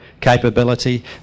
capability